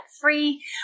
free